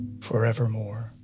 forevermore